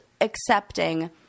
accepting